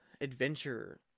adventure